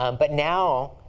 um but now,